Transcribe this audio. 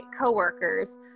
coworkers